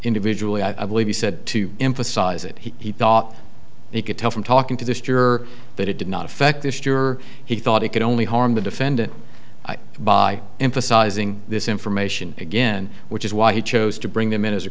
individually i believe he said to emphasize it he thought he could tell from talking to this juror that it did not affect this juror he thought he could only harm the defendant by emphasizing this information again which is why he chose to bring them in as a